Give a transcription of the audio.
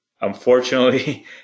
Unfortunately